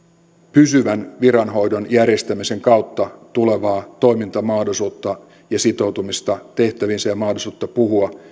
pysyvän viranhoidon järjestämisen kautta tulevaa toimintamahdollisuutta ja sitoutumista tehtäviinsä ja mahdollisuutta puhua